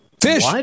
Fish